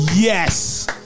Yes